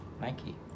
Nike